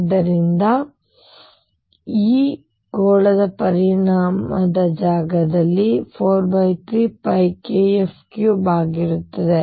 ಆದ್ದರಿಂದ ಈ ಗೋಳದ ಪರಿಮಾಣವು k ಜಾಗದಲ್ಲಿ 43kF3 ಆಗಿರುತ್ತದೆ